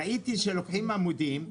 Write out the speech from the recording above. ראיתי שלוקחים עמודים,